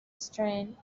strength